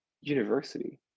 university